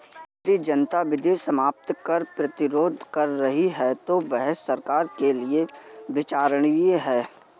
यदि जनता विधि सम्मत कर प्रतिरोध कर रही है तो वह सरकार के लिये विचारणीय है